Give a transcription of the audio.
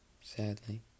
Sadly